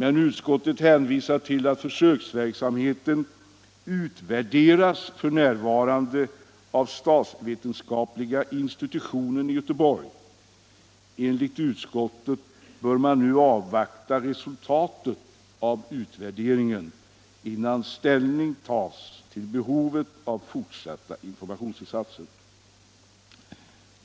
Men utskottet hänvisar till att försöksverksamheten f. n. utvärderas av statsvetenskapliga institutionen i Göteborg. Enligt utskottet bör man nu avvakta resultatet av utvärderingen innan ställning tas till behovet av fortsatta informationsinsatser.